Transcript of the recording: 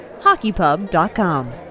HockeyPub.com